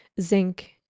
zinc